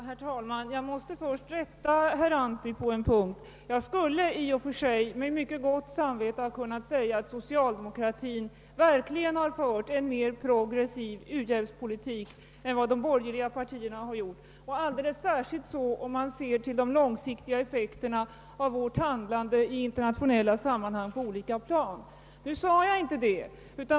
Herr talman! Jag skall först rätta herr Antby på en punkt. Jag skulle i och för sig med gott samvete ha kunnat säga, att socialdemokratin fört en mer progressiv u-hjälpspolitik än vad de borgerliga partierna gjort. Alldeles särskilt är detta fallet om man ser på de långsiktiga effekterna av vårt handlande i internationella sammanhang på olika plan. Nu sade jag inte det.